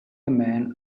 man